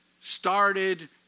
started